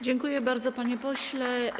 Dziękuję bardzo, panie pośle.